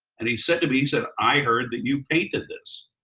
and he said to me, he said, i heard that you painted this.